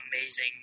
amazing